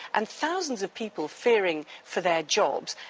and thousands of people fearing for their jobs,